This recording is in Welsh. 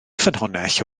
ffynhonnell